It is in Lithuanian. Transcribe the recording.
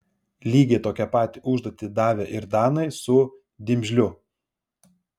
lygiai tokią pat užduotį davė ir danai su dimžliu